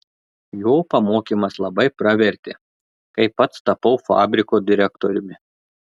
jo pamokymas labai pravertė kai pats tapau fabriko direktoriumi